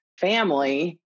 family